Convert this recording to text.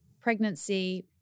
pregnancy